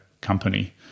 company